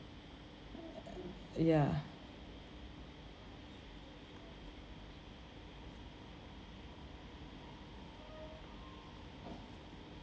ya